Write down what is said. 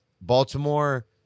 Baltimore